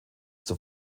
zur